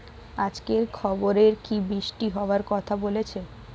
আজকের খবরে কি বৃষ্টি হওয়ায় কথা বলেছে?